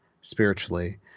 spiritually